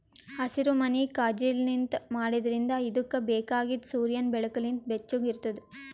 ಹಸಿರುಮನಿ ಕಾಜಿನ್ಲಿಂತ್ ಮಾಡಿದ್ರಿಂದ್ ಇದುಕ್ ಬೇಕಾಗಿದ್ ಸೂರ್ಯನ್ ಬೆಳಕು ಲಿಂತ್ ಬೆಚ್ಚುಗ್ ಇರ್ತುದ್